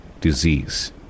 Disease